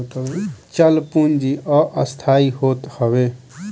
चल पूंजी अस्थाई होत हअ